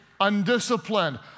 undisciplined